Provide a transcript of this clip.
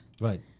Right